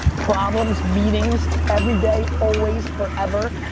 problems. meetings. everyday, always, forever.